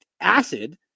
Acid